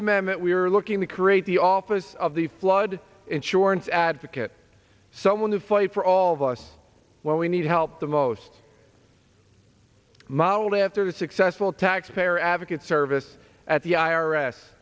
amendment we are looking to create the office of the flood insurance advocate someone to fight for all of us when we need help the most modeled after the successful taxpayer advocate service at the i